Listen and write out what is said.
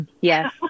Yes